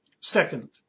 Second